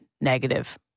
negative